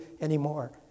anymore